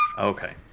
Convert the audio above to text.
Okay